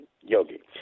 yogi